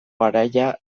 garaia